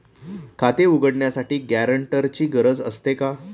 खाते उघडण्यासाठी गॅरेंटरची गरज असते का?